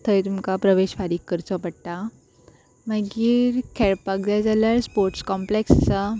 थंय तुमकां प्रवेश फारीक करचो पडटा मागीर खेळपाक जाय जाल्यार स्पोर्ट्स कॉम्प्लॅक्स आसा